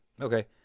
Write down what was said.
Okay